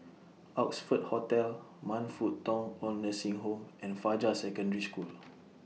Oxford Hotel Man Fut Tong Oid Nursing Home and Fajar Secondary School